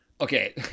okay